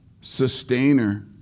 sustainer